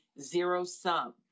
zero-sum